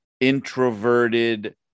introverted